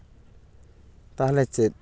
ᱛᱟᱦᱞᱮ ᱪᱮᱫ